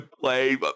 play